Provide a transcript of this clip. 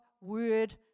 word